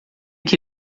que